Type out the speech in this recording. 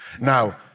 Now